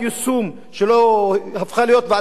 שהפכה להיות ועדה בפני עצמה,